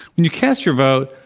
when you cast your vote,